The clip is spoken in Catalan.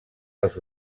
les